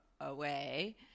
away